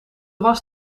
was